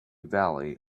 valley